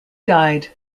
died